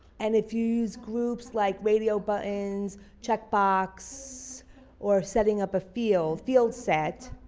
and if you use groups like radio buttons checkbox or setting up a field fieldset.